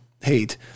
hate